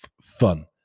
fun